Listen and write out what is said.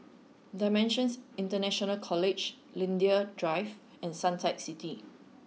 Dimensions International College Linden Drive and Suntec City